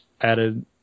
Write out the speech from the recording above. added